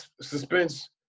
suspense